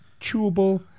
chewable